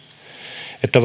että